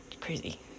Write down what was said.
crazy